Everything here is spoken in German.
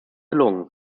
gelungen